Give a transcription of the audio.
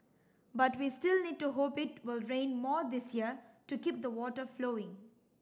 but we still need to hope it will rain more this year to keep the water flowing